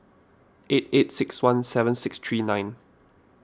eight eight six one seven six three nine